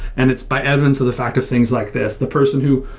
and it's by evidence of the fact of things like this. the person who,